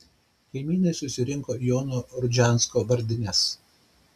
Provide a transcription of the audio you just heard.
kaimynai susirinko į jono rudžianskio vardines